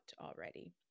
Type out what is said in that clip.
already